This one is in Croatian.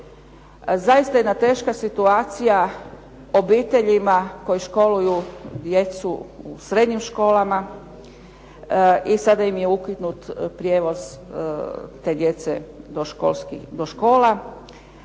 zaista jedna teška situacija obiteljima koji školuju djecu u srednjim školama. I sada im je ukinut taj prijevoz do škola.